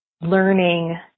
learning